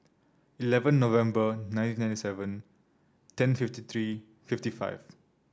eleven November nineteen ninety seven ten fifty three fifty five